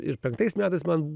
ir penktais metais man